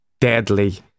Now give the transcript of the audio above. deadly